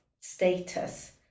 status